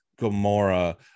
Gamora